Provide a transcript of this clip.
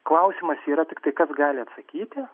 klausimas yra tiktai kas gali atsakyti